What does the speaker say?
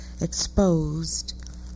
exposed